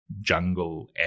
jungle